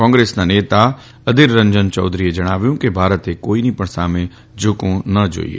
કોંગ્રેસના નેતા અધિર રં ન ચૌધરીએ ણાવ્યું કે ભારતે કોઇની પણ સામે ઝુકવું ન જાઇએ